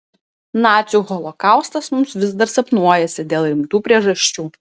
nacių holokaustas mums vis dar sapnuojasi dėl rimtų priežasčių